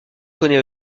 connaît